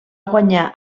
guanyar